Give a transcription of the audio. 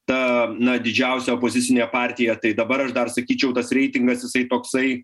tą na didžiausia opozicinė partija tai dabar aš dar sakyčiau tas reitingas jisai toksai